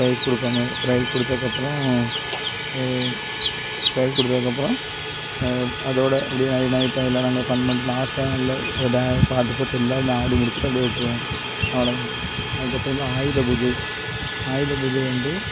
price கொடுப்பாங்க prize கொடுத்ததுக்கப்பறோம் prize கொடுத்ததுக்கப்பறோம் அதோட அப்படியே நை நைட் டைமெலாம் நாங்கள் ஃபன் பண்ணிட்டு லாஸ்ட்டாக நல்ல ட பாட்டுப்போட்டி எல்லோருமே ஆடி முடிச்சுட்டு அப்படியே விட்ருவோம் அவ்வளோ தான் அதுக்கப்பறம் வந்து ஆயுதபூஜை ஆயுதபூஜை வந்து